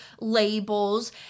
labels